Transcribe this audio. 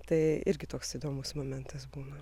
tai irgi toks įdomus momentas būna